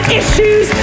issues